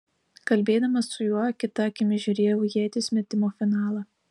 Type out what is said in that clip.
kalbėdama su juo kita akimi žiūrėjau ieties metimo finalą